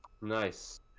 nice